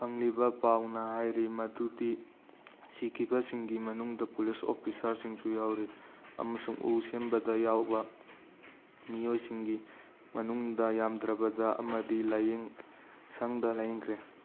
ꯐꯪꯂꯤꯕ ꯄꯥꯎꯅ ꯍꯥꯏꯔꯤ ꯃꯗꯨꯗꯤ ꯁꯤꯈꯤꯕꯁꯤꯡꯒꯤ ꯃꯅꯨꯡꯗ ꯄꯨꯂꯤꯁ ꯑꯣꯐꯤꯁꯥꯔꯁꯤꯡꯁꯨ ꯌꯥꯎꯔꯤ ꯑꯃꯁꯨꯡ ꯎ ꯁꯦꯝꯕꯗ ꯌꯥꯎꯕ ꯃꯤꯑꯣꯏꯁꯤꯡꯒꯤ ꯃꯅꯨꯡꯗ ꯌꯥꯝꯗ꯭ꯔꯕꯗ ꯑꯃꯗꯤ ꯂꯥꯏꯌꯦꯡ ꯁꯪꯗ ꯂꯥꯏꯌꯦꯡꯈ꯭ꯔꯦ